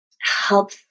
help